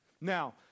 Now